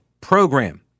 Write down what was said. Program